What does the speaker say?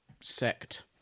sect